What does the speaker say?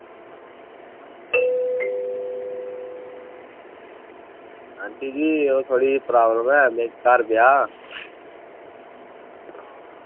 aunty ji में ओह् थोह्ड़ी प्रॉब्लम ऐ घर ब्याह्